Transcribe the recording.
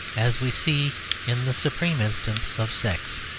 as we see in the supreme instance of sex.